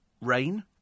rain